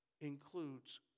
includes